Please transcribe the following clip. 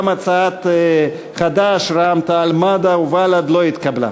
גם הצעת חד"ש, רע"ם-תע"ל-מד"ע ובל"ד לא התקבלה.